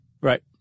Right